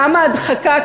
כמה הדחקה,